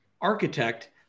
architect